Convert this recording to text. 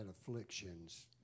afflictions